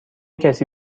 کسی